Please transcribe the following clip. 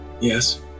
Yes